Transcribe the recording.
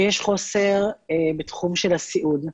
שיש חוסר בתחום של הסיעוד.